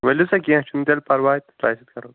ؤلِو سا کیٚنٛہہ چھُنہٕ تیٚلہِ پَرواے تہٕ تۄہہِ سۭتۍ کرو